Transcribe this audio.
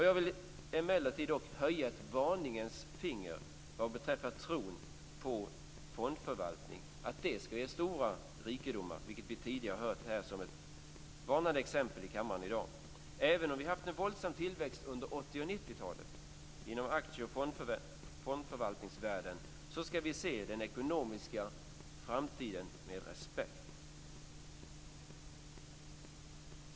Jag vill emellertid höja ett varningens finger vad beträffar tron på att fondförvaltning skall ge stora rikedomar, vilket vi tidigare här i kammaren hört som ett varnande exempel. Även om vi haft en våldsam tillväxt under 80 och 90-talen inom aktie och fondförvaltningsvärlden skall vi se på den ekonomiska framtiden med respekt.